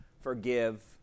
forgive